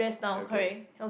okay